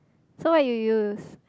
so what you use